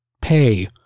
pay